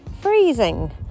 freezing